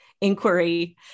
inquiry